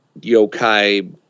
yokai